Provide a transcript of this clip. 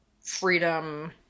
freedom